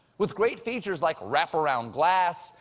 with great features like wraparound glass,